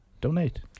donate